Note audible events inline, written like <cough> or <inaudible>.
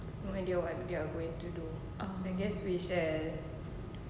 <noise>